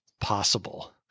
possible